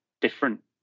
different